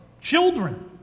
children